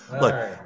Look